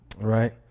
Right